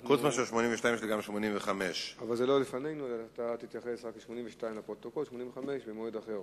3. מדוע עדיין לא מונפקות תעודות הבגרות